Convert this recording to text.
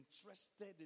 interested